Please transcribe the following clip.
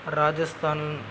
Rajasthan